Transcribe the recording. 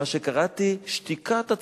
מה שקראתי "שתיקת הצבועים",